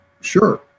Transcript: sure